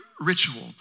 Ritual